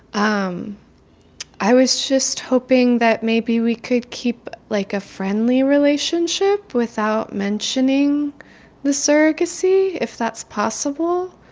um i was just hoping that maybe we could keep, like, a friendly relationship without mentioning the surrogacy, if that's possible.